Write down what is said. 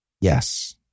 yes